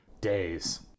Days